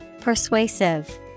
Persuasive